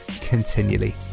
continually